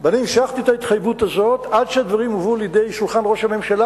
ואני המשכתי את ההתחייבות הזאת עד שהדברים הובאו לשולחן ראש הממשלה,